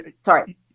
sorry